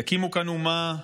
יקימו כאן אומה,